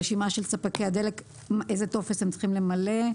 רשימה של ספקי הדלק, איזה טופס הם צריכים למלא.